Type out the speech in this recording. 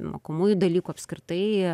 mokomųjų dalykų apskritai